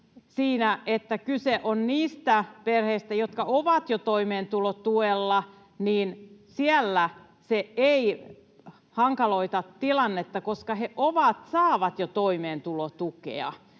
että kyse on niistä perheistä, jotka ovat jo toimeentulotuella. Siellä se ei hankaloita tilannetta, koska he saavat jo toimeentulotukea.